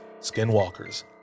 skinwalkers